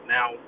Now